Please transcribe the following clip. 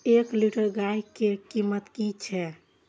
एक लीटर गाय के कीमत कि छै?